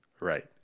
Right